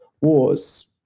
wars